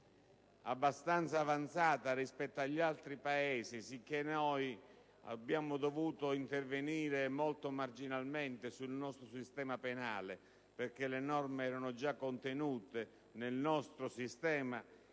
abbastanza avanzata rispetto agli altri Paesi, sicché abbiamo dovuto intervenire molto marginalmente sul nostro sistema penale perché le norme erano già contenute nel nostro